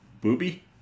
Booby